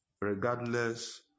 regardless